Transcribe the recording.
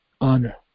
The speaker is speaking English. honor